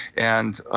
and